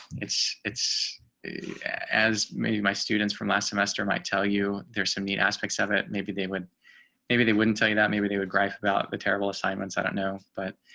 it's, it's as maybe my students from last semester might tell you there's some neat aspects of it, maybe they would maybe they wouldn't tell you that maybe they would gripe about the terrible assignments. i don't know, but